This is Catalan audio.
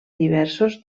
diversos